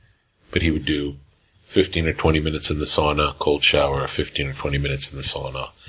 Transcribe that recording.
but, he would do fifteen or twenty minutes in the sauna, cold shower, fifteen or twenty minutes in the sauna,